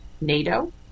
NATO